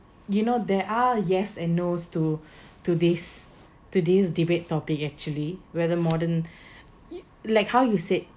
you know there are yes and nos to to this to this debate topic actually whether modern like how you said